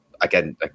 again